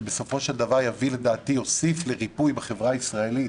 שבסופו של דבר יוסיף לריפוי בחברה הישראלית